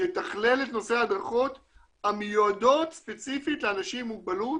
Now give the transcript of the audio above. שיתכלל את נושא ההדרכות המיועדות ספציפית לאנשים עם מוגבלות